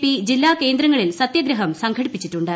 P ജില്ലാകേന്ദ്രങ്ങളിൽ സത്യഗ്രഹം സംഘടിപ്പിച്ചിട്ടുണ്ട്